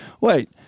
wait